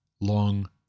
long